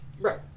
Right